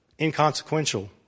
inconsequential